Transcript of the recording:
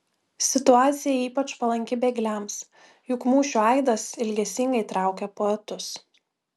situacija ypač palanki bėgliams juk mūšių aidas ilgesingai traukia poetus